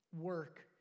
Work